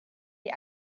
die